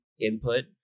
input